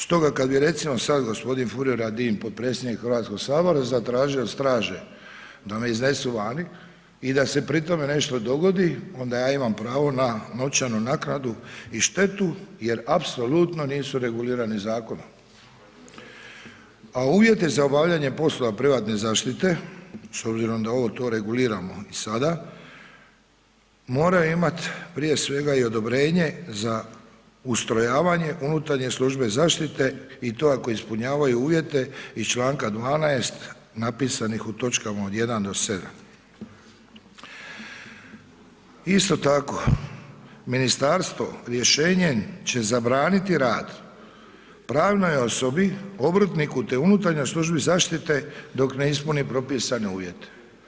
Stoga kad bi recimo sad g. Furio Radin, potpredsjednik HS-a zatražio od straže da me iznesu vani i da se pri tome nešto dogodi, onda ja imam pravo na novčanu naknadu i štetu jer apsolutno nisu regulirani zakonom, a uvjeti za obavljanje poslova privatne zaštite s obzirom da ovo to reguliramo sada, moraju imati, prije svega i odobrenje za ustrojavanje unutarnje službe zaštite i to ako ispunjavaju uvjete iz čl. 12 napisanih u točkama od 1-7. Isto tako, ministarstvo rješenjem će zabraniti rad pravnoj osobi, obrtniku te unutarnjoj službi zaštite dok ne ispuni propisane uvjete.